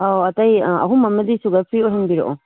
ꯑꯧ ꯑꯇꯩ ꯑꯍꯨꯝ ꯑꯃꯗꯤ ꯁꯨꯒꯔ ꯐ꯭ꯔꯤ ꯑꯣꯏꯍꯟꯕꯤꯔꯛꯑꯣ